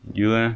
you leh